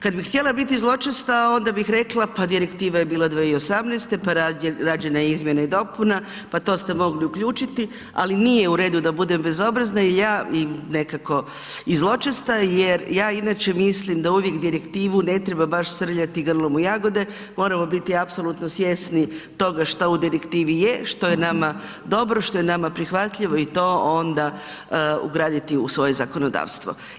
Kad bi htjela biti zločasta onda bih rekla pa Direktiva je bila 2018., pa rađena je izmjena i dopuna, pa to ste mogli uključiti, ali nije u redu da budem bezobrazna jer ja, i nekako i zločesta jer ja inače mislim da uvijek direktivu ne treba baš srljati grlom u jagode, moramo biti apsolutno svjesni toga što u direktivi je, što je nama dobro, što je nama prihvatljivo i to onda ugraditi u svoje zakonodavstvo.